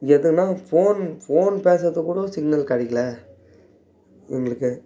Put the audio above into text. எதுனால் phone phone பேசுகிறதுக்கு கூட சிக்னல் கிடைக்கில எங்களுக்கு